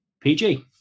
PG